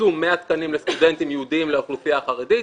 הוקצו 100 תקנים לסטודנטים ייעודיים לאוכלוסייה החרדית,